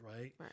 right